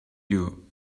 you